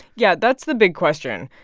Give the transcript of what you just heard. yeah, that's the big question.